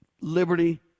liberty